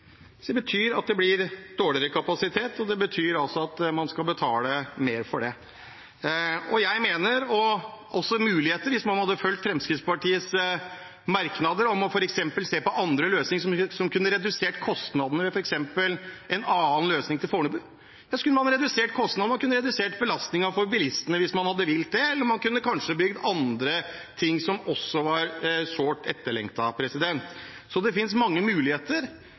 Det betyr at det blir dårligere kapasitet, og det betyr at man skal betale mer for det. Hvis man hadde fulgt Fremskrittspartiets merknader om f.eks. å se på andre løsninger som kunne redusert kostnadene, f.eks. ved en annen løsning til Fornebu, mener jeg det er mulighet for at man kunne ha redusert kostnadene, og man kunne ha redusert belastningen for bilistene hvis man hadde villet det, eller man kunne kanskje ha bygd andre ting som også var sårt etterlengtet. Det finnes mange muligheter,